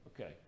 Okay